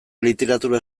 literatura